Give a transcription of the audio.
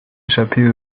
échapper